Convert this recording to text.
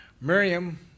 Miriam